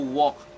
walk